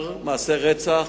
מעשי רצח,